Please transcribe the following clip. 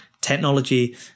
Technology